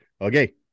Okay